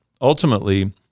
ultimately